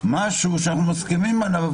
משהו שאנחנו מסכימים עליו,